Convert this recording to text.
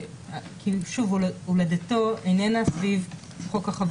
שוב, הולדתו איננה סביב חוק החברות.